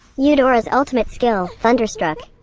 eudora's ultimate skill, thunderstruck,